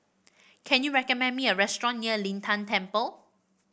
can you recommend me a restaurant near Lin Tan Temple